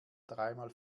dreimal